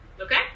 Okay